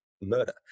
murder